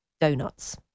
donuts